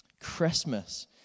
Christmas